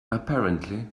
apparently